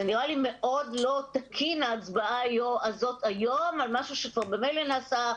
זה נראה לי מאוד לא תקין ההצבעה הזאת היום על משהו שממילא נעשה,